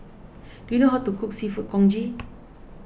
do you know how to cook Seafood Congee